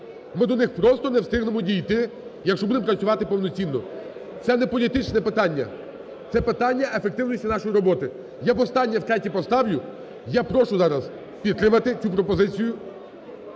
ми до них просто не встигнемо дійти, якщо будемо працювати повноцінно. Це не політичне питання, це питання ефективності нашої роботи. Я востаннє втретє поставлю. Я прошу зараз підтримати цю пропозицію,